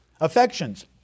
affections